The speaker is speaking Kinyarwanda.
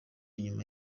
nyuma